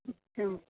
अच्छा